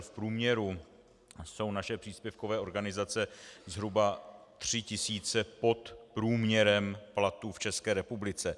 V průměru jsou naše příspěvkové organizace zhruba 3000 pod průměrem platů v České republice.